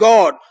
God